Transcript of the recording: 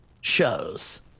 shows